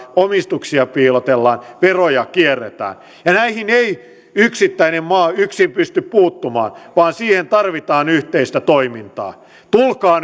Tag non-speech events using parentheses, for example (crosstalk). omistuksia piilotellaan veroja kierretään näihin ei yksittäinen maa yksin pysty puuttumaan vaan siihen tarvitaan yhteistä toimintaa tulkaa (unintelligible)